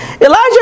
Elijah